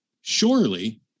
Surely